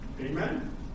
Amen